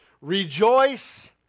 rejoice